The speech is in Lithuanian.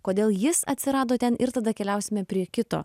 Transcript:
kodėl jis atsirado ten ir tada keliausime prie kito